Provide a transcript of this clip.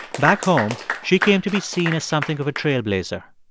back home, she came to be seen as something of a trailblazer.